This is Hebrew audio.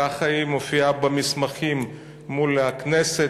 כך היא מופיעה במסמכים מול הכנסת,